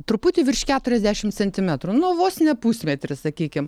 truputį virš keturiasdešimt centimetrų nu vos ne pusmetris sakykim